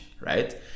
right